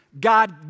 God